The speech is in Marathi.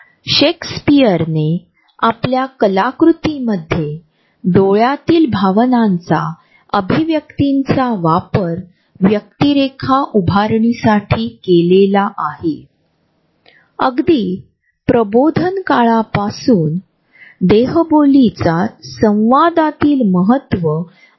सर्वप्रथम २००९ मधील अभ्यासानुसार हे अदृश्य फुगे मेंदूच्या आत खोल असलेल्या अमिगडालावर आधारित जर अॅमीग्दाला खराब झाले असेल तर लोक आपल्या वैयक्तिक जागेची समज कमी करू शकतात आणि आपल्या किशोरवयीन काळात आपल्या आजूबाजूच्या अदृश्य फुग्यांचा आकार घट्ट होतात कारण ते संस्कृतीवर अवलंबून असतात